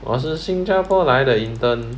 我是新加坡来的 intern